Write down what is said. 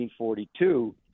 1942